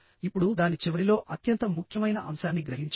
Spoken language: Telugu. ఇప్పుడుదాని చివరిలో అత్యంత ముఖ్యమైన అంశాన్ని గ్రహించండి